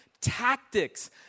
tactics